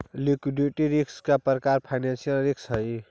liquidity risk एक प्रकार के फाइनेंशियल रिस्क हई